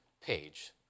page